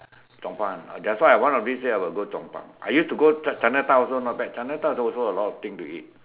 Chong-Pang that's why one of these days I will go Chong-Pang I used to go ch~ Chinatown also not bad Chinatown also a lot of thing to eat